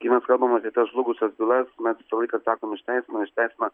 kai mes kalbam apie tas žlugusias bylas mes visą laiką sakom išteisino išteisino